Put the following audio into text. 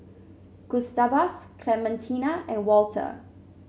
Gustavus Clementina and Walter